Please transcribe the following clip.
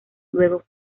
luego